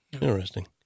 Interesting